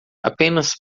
apenas